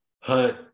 Hunt